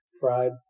fried